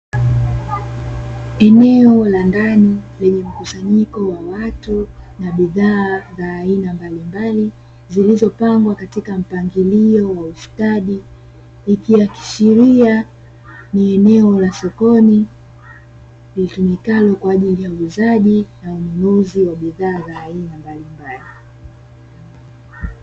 Eneo la ndani lenye mkusanyiko wa watu na bidhaa za aina mbalimbali zilizopangwa katika mpangilio wa ustadi. Ikiashiria ni eneo la sokoni litumikalo kwa ajili ya uuzaji na ununuzi wa bidhaa za aina mbalimbali.